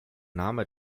name